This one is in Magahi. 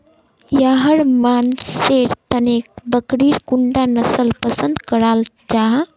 याहर मानसेर तने बकरीर कुंडा नसल पसंद कराल जाहा?